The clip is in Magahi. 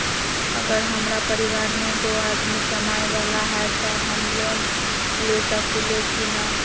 अगर हमरा परिवार में दो आदमी कमाये वाला है त हम लोन ले सकेली की न?